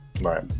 Right